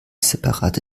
separate